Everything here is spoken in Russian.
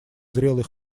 зрелый